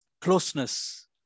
closeness